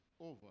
over